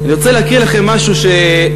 אני רוצה להקריא לכם משהו ששמעתי,